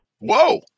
Whoa